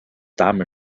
dahme